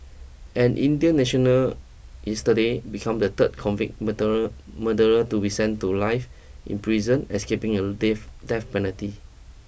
an Indian national yesterday become the third convicted murderer to be send to life in prison escaping a death death penalty